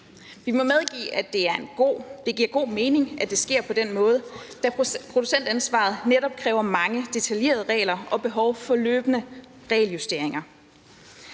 Vi må medgive, at det giver god mening, at det sker på den måde, da producentansvaret netop kræver mange detaljerede regler, og der er behov for løbende regeljusteringer.